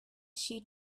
she